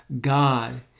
God